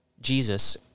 Jesus